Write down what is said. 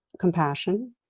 compassion